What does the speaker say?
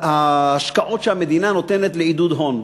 העידוד שהמדינה נותנת להשקעות הון,